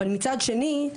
אבל מצד שני,